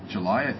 July